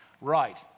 Right